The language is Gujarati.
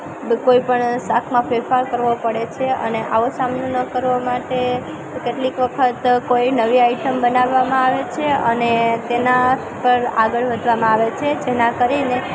કોઈ પણ શાકમાં ફેરફાર કરવો પડે છે અને આવો સામનો ન કરવા માટે કેટલીક વખત કોઈ નવી આઈટમ બનાવામાં આવે છે અને તેના પર આગળ વધવામાં આવે છે જેના કરીને